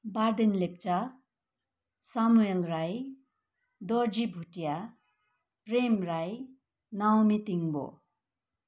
Barden Lepcha Samuel Rai Dorji Bhutia Prem Rai Navami Tingbo